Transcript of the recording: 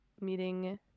meeting